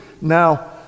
Now